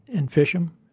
and fish em